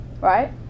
Right